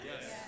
yes